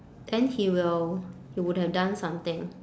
then he will he would have done something